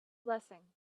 blessing